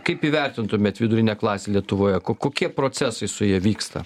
kaip įvertintumėt vidurinę klasę lietuvoje ko kokie procesai su ja vyksta